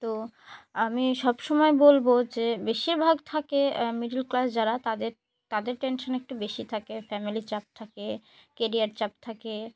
তো আমি সব সমময় বলবো যে বেশিরভাগ থাকে মিডিল ক্লাস যারা তাদের তাদের টেনশান একটু বেশি থাকে ফ্যামিলি চাপ থাকে কেরিয়ার চাপ থাকে